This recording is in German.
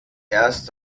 erst